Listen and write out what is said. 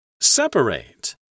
Separate